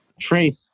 Trace